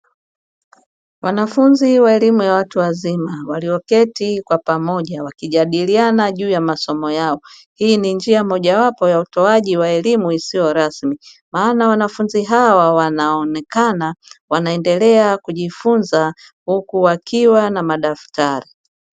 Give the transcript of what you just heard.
Wanafunzi wa elimu ya watu wazima walioketi kwa pamoja wakijadiliana juu ya masomo yao, hii ni njia moja wapo ya utoaji wa elimu isiyo rasmi maana wanafunzi hawa wanaonekana wanaendelea kujifunza huku wakiwa na madaftari.